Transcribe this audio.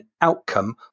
outcome